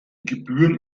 gebühren